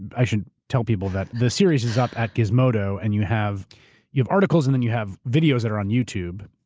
i should tell people that the series is up at gizmodo, and you have you have articles and then you have videos that are on youtube,